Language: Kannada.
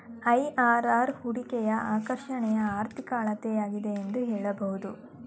ಐ.ಆರ್.ಆರ್ ಹೂಡಿಕೆಯ ಆಕರ್ಷಣೆಯ ಆರ್ಥಿಕ ಅಳತೆಯಾಗಿದೆ ಎಂದು ಹೇಳಬಹುದು